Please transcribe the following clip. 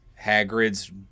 hagrid's